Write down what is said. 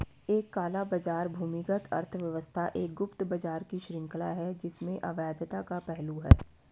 एक काला बाजार भूमिगत अर्थव्यवस्था एक गुप्त बाजार की श्रृंखला है जिसमें अवैधता का पहलू है